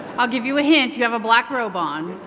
i'll give you a hint, you have a black robe on,